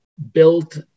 built